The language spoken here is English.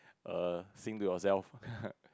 err sing to yourself